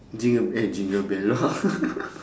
jingle bell jingle bell lor